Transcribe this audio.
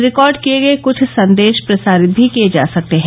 record किए गए कृछ संदेश प्रसारित भी किए जा सकते हैं